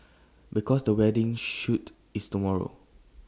because the wedding shoot is tomorrow